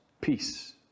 peace